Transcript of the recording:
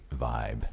vibe